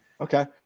okay